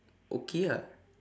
okay ah